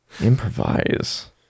Improvise